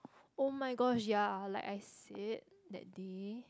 [oh]-my-gosh ya like I said that day